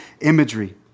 imagery